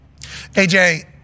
AJ